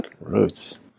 Roots